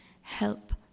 help